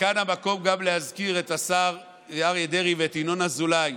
וכאן המקום גם להזכיר את השר אריה דרעי ואת ינון אזולאי,